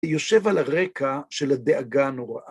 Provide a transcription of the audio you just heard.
יושב על הרקע של הדאגה הנוראה.